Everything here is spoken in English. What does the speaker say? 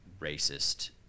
racist